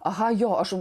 aha jo aš